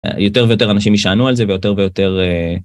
יותר ויותר אנשים יישענו על זה ויותר ויותר.